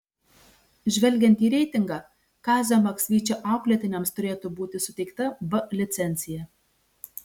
žvelgiant į reitingą kazio maksvyčio auklėtiniams turėtų būti suteikta b licencija